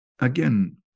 Again